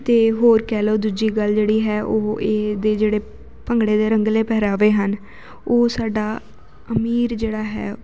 ਅਤੇ ਹੋਰ ਕਹਿ ਲਓ ਦੂਜੀ ਗੱਲ ਜਿਹੜੀ ਹੈ ਉਹ ਇਹਦੇ ਜਿਹੜੇ ਭੰਗੜੇ ਦੇ ਰੰਗਲੇ ਪਹਿਰਾਵੇ ਹਨ ਉਹ ਸਾਡਾ ਅਮੀਰ ਜਿਹੜਾ ਹੈ